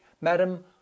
Madam